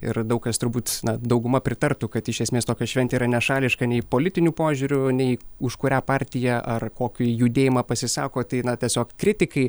ir daug kas turbūt dauguma pritartų kad iš esmės tokia šventė yra nešališka nei politiniu požiūriu nei už kurią partiją ar kokį judėjimą pasisako tai na tiesiog kritikai